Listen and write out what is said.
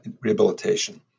rehabilitation